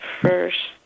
first